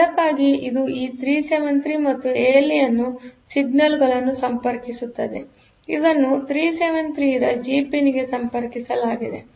ಆದ್ದರಿಂದ ಅದಕ್ಕಾಗಿ ಇದುಈ 373 ಮತ್ತು ಈ ಎಎಲ್ಇ ಅನ್ನು ಸಿಗ್ನಲ್ಗಳನ್ನು ಸಂಪರ್ಕಿಸುತ್ತದೆ ಆದ್ದರಿಂದ ಇದನ್ನು 373 ರ ಜಿ ಪಿನ್ಗೆ ಸಂಪರ್ಕಿಸಲಾಗಿದೆ